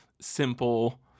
simple